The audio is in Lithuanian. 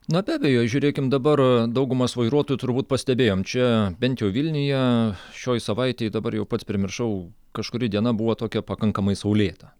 na be abejo žiūrėkim dabar daugumas vairuotų turbūt pastebėjom čia bent jau vilniuje šioj savaitėj dabar jau pats primiršau kažkuri diena buvo tokia pakankamai saulėta